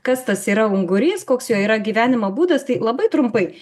kas tas yra ungurys koks jo yra gyvenimo būdas tai labai trumpai